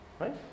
right